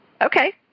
Okay